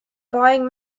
buying